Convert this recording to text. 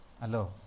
Hello